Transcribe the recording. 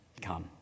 come